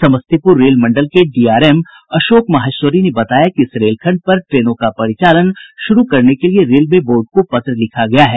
Samastipur rail मंडल के DRM Ashok Maheshwari ने बताया कि इस रेलखंड पर ट्रेनों का परिचालन शुरू करने के लिए रेलवे बोर्ड को पत्र लिखा गया है